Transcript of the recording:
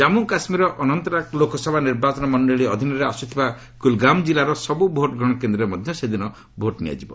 ଜନ୍ମୁ କାଶ୍ମୀରର ଅନନ୍ତନାଗ୍ ଲୋକସଭା ନିର୍ବାଚନ ମଣ୍ଡଳୀ ଅଧୀନରେ ଆସୁଥିବା କୁଲ୍ଗାଓଁ କିଲ୍ଲାର ସବୁ ଭୋଟ୍ଗ୍ରହଣ କେନ୍ଦ୍ରରେ ମଧ୍ୟ ସେଦିନ ଭୋଟ୍ ନିଆଯିବ